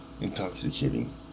intoxicating